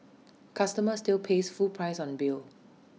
customer still pays full price on bill